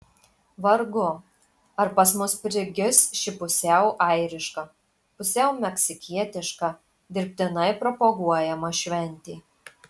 vargu ar pas mus prigis ši pusiau airiška pusiau meksikietiška dirbtinai propaguojama šventė